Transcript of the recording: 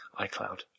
iCloud